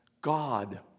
God